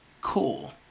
cool